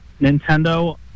Nintendo